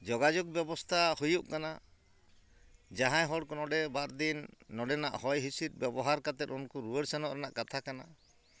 ᱡᱳᱜᱟᱡᱳᱜᱽ ᱵᱮᱵᱚᱥᱛᱟ ᱦᱩᱭᱩᱜ ᱠᱟᱱᱟ ᱡᱟᱦᱟᱸᱭ ᱦᱚᱲ ᱠᱚ ᱱᱚᱰᱮ ᱵᱟᱨ ᱫᱤᱱ ᱱᱚᱰᱮᱱᱟᱜ ᱦᱚᱭᱼᱦᱤᱸᱥᱤᱫ ᱵᱮᱵᱚᱦᱟᱨ ᱠᱟᱛᱮᱫ ᱩᱱᱠᱩ ᱨᱩᱣᱟᱹᱲ ᱥᱮᱱᱚᱜ ᱨᱮᱱᱟᱜ ᱠᱟᱛᱷᱟ ᱠᱟᱱᱟ